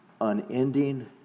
unending